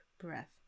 breath